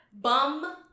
Bum